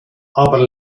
aber